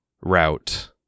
route